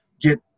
get